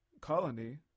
colony